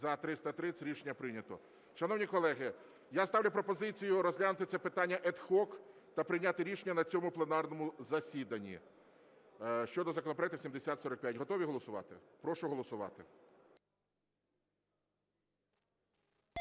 За-330 Рішення прийнято. Шановні колеги, я ставлю пропозицію розглянути це питання ad hoc та прийняти рішення на цьому пленарному засіданні щодо законопроекту 7045. Готові голосувати? Прошу голосувати.